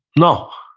no.